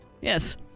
Yes